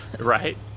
right